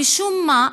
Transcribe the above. משום מה,